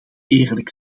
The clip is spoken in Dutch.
eerlijk